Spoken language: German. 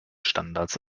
standards